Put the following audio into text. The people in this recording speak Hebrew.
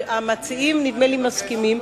נדמה לי שהמציעים מסכימים.